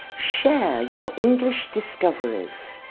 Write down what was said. share your english discoveries.